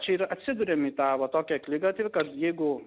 čia ir atsiduriam į ta va tokį akligatvį kad jeigu